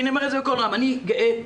אני אומר בקול רם, אני גאה בכך.